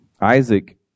Isaac